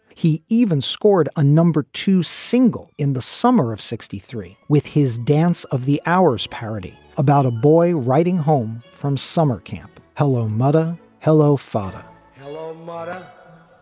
he even scored a number two single in the summer of sixty three with his dance of the hours parody about a boy riding home from summer camp. hello, mother. hello, father hello, but